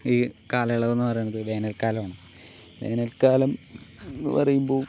ഈ കാലയളവ് എന്നു പറയണത് വേനൽക്കാലമാണ് വേനൽക്കാലം എന്നു പറയുമ്പോൾ